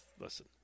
Listen